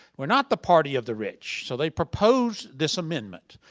we're not the party of the rich. so they proposed this amendment.